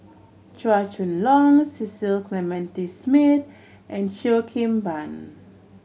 Chua Chong Long Cecil Clementi Smith and Cheo Kim Ban